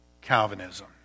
Calvinism